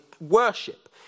Worship